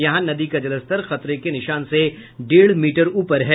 यहां नदी का जलस्तर खतरे के निशान से डेढ़ मीटर ऊपर है